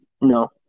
No